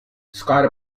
scott